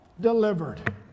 delivered